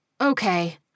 Okay